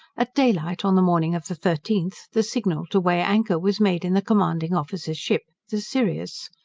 at daylight on the morning of the thirteenth, the signal to weigh anchor was made in the commanding officer's ship the sirius.